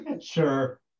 Sure